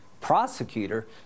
prosecutor